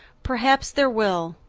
perhaps there will.